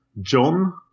John